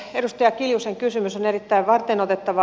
edustaja kiljusen kysymys on erittäin varteenotettava